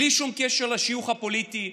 בלי שום קשר לשיוך הפוליטי,